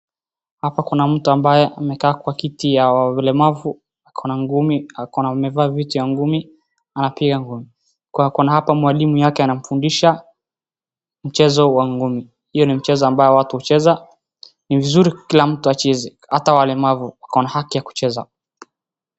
Hapa kuna mtu ambaye amekaa kwa kiti ya walemavu amevaa vitu ya ngumi anapiga ngumi. Kuna hapa mwalimu yake anamfundisha mchezo wa ngumi. Hio ni mchezo ambayo watu huucheza. Ni vizuri kila mtu acheze ata walemavu wakona haki ya kucheza.